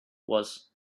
was